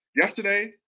Yesterday